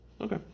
Okay